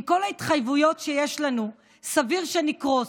עם כל ההתחייבויות שיש לנו, סביר שנקרוס.